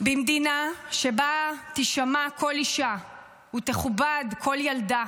במדינה שבה תישמע כל אישה ותכובד כל ילדה,